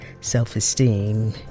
self-esteem